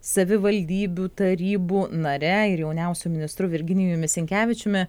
savivaldybių tarybų nare ir jauniausiu ministru virginijumi sinkevičiumi